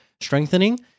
strengthening